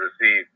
receive